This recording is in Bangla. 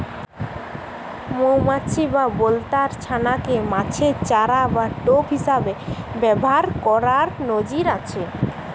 মউমাছি বা বলতার ছানা কে মাছের চারা বা টোপ হিসাবে ব্যাভার কোরার নজির আছে